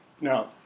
Now